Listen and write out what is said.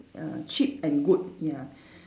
ya cheap and good ya